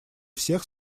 всех